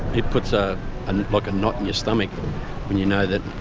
it puts a and like knot in your stomach when you know that